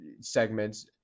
segments